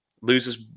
loses